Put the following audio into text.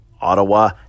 Ottawa